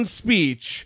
speech